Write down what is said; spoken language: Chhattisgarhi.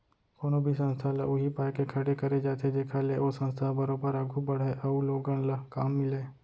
कोनो भी संस्था ल उही पाय के खड़े करे जाथे जेखर ले ओ संस्था ह बरोबर आघू बड़हय अउ लोगन ल काम मिलय